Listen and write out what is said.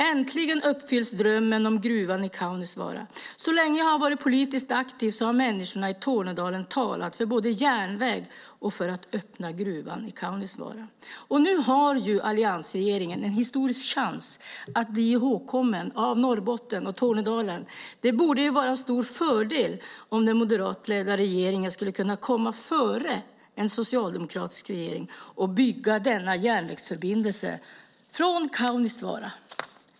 Äntligen uppfylls drömmen om gruvan i Kaunisvaara. Så länge jag varit politiskt aktiv har människorna i Tornedalen talat för en järnväg och för en öppning av gruvan i Kaunisvaara. Nu har alliansregeringen en historisk chans att bli ihågkommen av Norrbotten och Tornedalen. Det borde vara en stor fördel om den moderatledda regeringen skulle komma före en socialdemokratisk regering och bygga denna järnvägsförbindelse från Kaunisvaara.